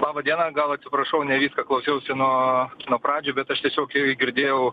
laba diena gal prašau neviską klausiausi nuo pradžių bet aš tiesiog girdėjau